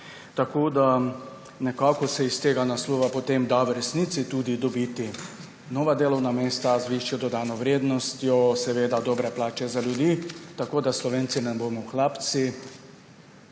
bodo na teh mestih, iz tega naslova se potem da v resnici dobiti nova delovna mesta z višjo dodano vrednostjo, dobre plače za ljudi, tako da Slovenci ne bomo hlapci.